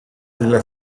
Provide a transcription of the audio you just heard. islas